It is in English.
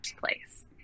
place